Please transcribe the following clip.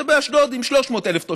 זה באשדוד עם 300,000,